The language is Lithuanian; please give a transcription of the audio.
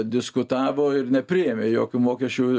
diskutavo ir nepriėmė jokių mokesčių